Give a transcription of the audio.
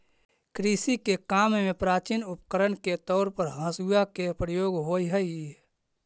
कृषि के काम में प्राचीन उपकरण के तौर पर हँसुआ के प्रयोग होवऽ हई